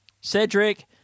Cedric